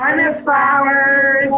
um miss flower.